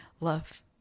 love